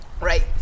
right